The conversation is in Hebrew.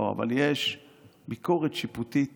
לא, אבל ביקורת שיפוטית